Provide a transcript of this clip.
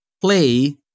play